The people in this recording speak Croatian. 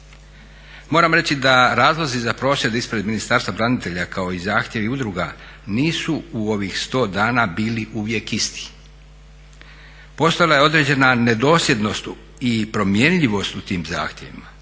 Moram reći da razlozi za prosvjed ispred Ministarstva branitelja kao i zahtjevi udruga nisu u ovih sto dana bili uvijek isti. Postojala je određena nedosljednost i promjenjivost u tim zahtjevima.